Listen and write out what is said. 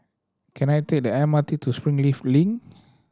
can I take the M R T to Springleaf Link